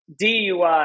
DUI